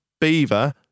Beaver